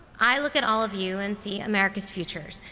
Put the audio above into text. i look at all of you and see america's future.